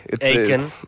Aiken